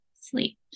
sleep